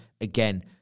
Again